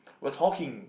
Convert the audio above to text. we're talking